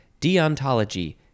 deontology